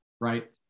right